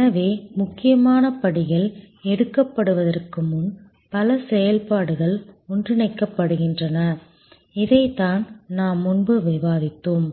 எனவே முக்கியமான படிகள் எடுக்கப்படுவதற்கு முன் பல செயல்பாடுகள் ஒன்றிணைக்கப்படுகின்றன இதைத்தான் நாம் முன்பு விவாதித்தோம்